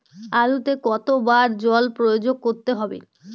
আলুতে কতো বার জল প্রয়োগ করতে হবে?